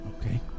Okay